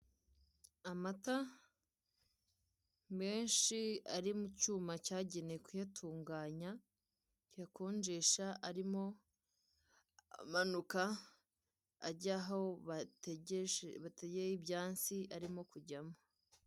Amata menshi ari mu cyuma cyagenewe kuyatunganya, kiyakonjesha, arimo amanuka ajya aho bategeye ibyansi, arimo kujyamo.